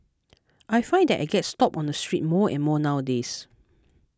I find that I get stopped on the street more and more nowadays